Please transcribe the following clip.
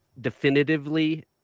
definitively